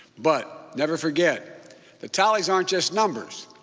but never forget the tallies aren't just numbers.